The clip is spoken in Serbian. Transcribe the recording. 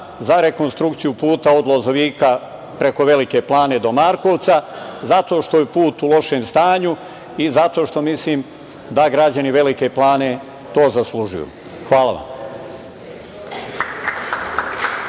za rekonstrukciju puta od Lozovika preko Velike Plane do Markovca, zato što je put u lošem stanju i zato što mislim da građani Velike Plane to zaslužuju. Hvala vam.